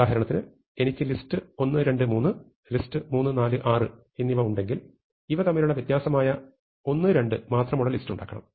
ഉദാഹരണത്തിന് എനിക്ക് list 1 2 3 list 3 4 6 എന്നിവ ഉണ്ടെങ്കിൽ ഇവതമ്മിലുള്ള വ്യത്യാസമായ 1 2 മാത്രമുള്ള ലിസ്റ്റ് ഉണ്ടാക്കണം